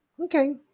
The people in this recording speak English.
Okay